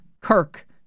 Kirk